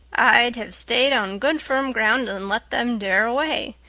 i'd have stayed on good firm ground and let them dare away.